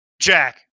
Jack